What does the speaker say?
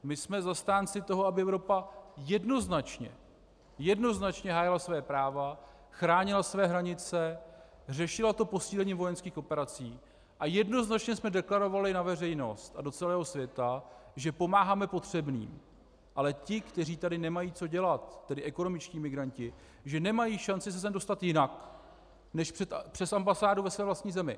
My jsme zastánci toho, aby Evropa jednoznačně, jednoznačně hájila svá práva, chránila své hranice, řešila to posílení vojenských operací, a jednoznačně jsme deklarovali na veřejnost a do celého světa, že pomáháme potřebným, ale ti, kteří tady nemají co dělat, tedy ekonomičtí migranti, že nemají šanci se sem dostat jinak než přes ambasádu ve své vlastní zemi.